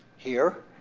here,